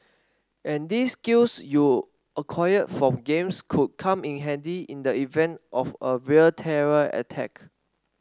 and these skills you acquired from games could come in handy in the event of a real terror attack